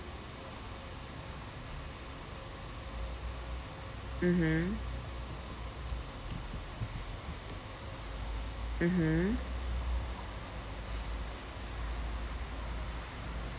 mmhmm mmhmm